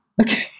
Okay